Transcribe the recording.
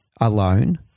alone